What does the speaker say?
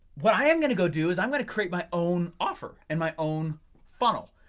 what i am going to go do is i'm gonna create my own offer and my own funnel.